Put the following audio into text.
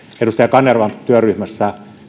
edustaja kanervan työryhmässä